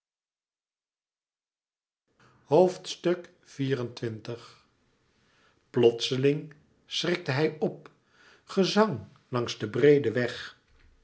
xxiv plotseling schrikte hij op gezang langs den breeden weg